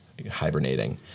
hibernating